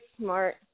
smart